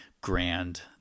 grand